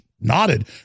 nodded